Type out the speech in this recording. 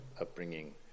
upbringing